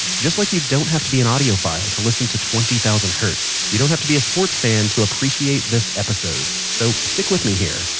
just like you don't have to be an audiophile to listen to twenty thousand hertz, you don't have to be a sports fan to appreciate this episode. so, stick with me here.